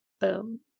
boom